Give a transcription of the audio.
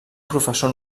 professor